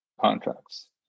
contracts